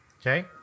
Okay